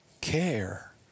care